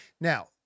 Now